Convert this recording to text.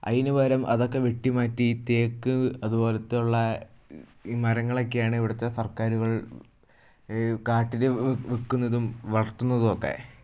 അതിന് പകരം അതൊക്കെ വെട്ടി മാറ്റി തേക്ക് അതുപോലത്തെ ഉള്ള ഈ മരങ്ങളെക്കെയാണ് ഇവിടുത്തെ സർക്കാരുകൾ കാട്ടില് വെക്കുന്നതും വളർത്തുന്നതും ഒക്കെ